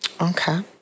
Okay